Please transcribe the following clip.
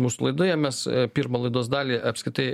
mūsų laidoje mes pirmą laidos dalį apskritai